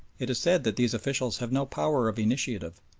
it is said that these officials have no power of initiative,